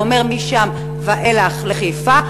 זה אומר משם ואילך לחיפה.